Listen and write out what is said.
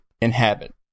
inhabit